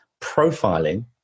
profiling